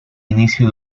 inicio